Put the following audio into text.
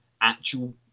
actual